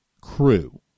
crew